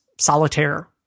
solitaire